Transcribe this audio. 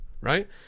Right